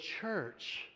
church